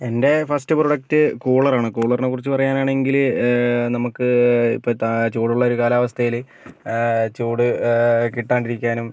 എൻ്റെ first product കൂളറാണ് കൂളറിനെ കുറിച്ച് പറയാനാണെങ്കില് നമുക്ക് ഇപ്പം എന്താ ചൂടുള്ളൊരു കാലാവസ്ഥയില് ചൂട് കിട്ടാണ്ടിരിക്കാനും